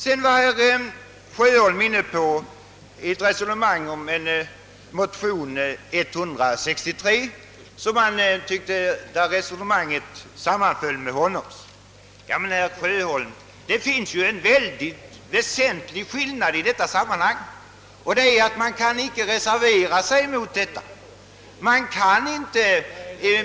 Herr Sjöholm ansåg att det resonemang som föres i motionen nummer 163 sammanfaller med hans eget resonemang i denna fråga. Det finns emellertid en väsentlig skillnad.